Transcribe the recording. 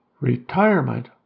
Retirement